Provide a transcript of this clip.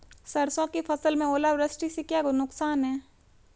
सरसों की फसल में ओलावृष्टि से क्या नुकसान है?